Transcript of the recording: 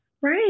Right